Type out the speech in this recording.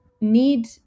need